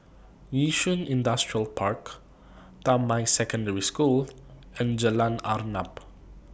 Yishun Industrial Park Damai Secondary School and Jalan Arnap